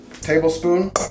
Tablespoon